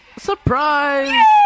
Surprise